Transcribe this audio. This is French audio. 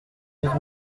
douze